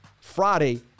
Friday